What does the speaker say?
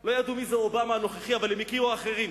לא ידעו מי זה אובמה הנוכחי, אבל הם הכירו אחרים.